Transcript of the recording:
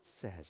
says